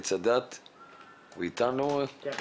נמצא איתנו הרב ישעיהו ארנרייך מבית שמש.